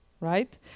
right